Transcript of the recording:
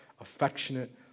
affectionate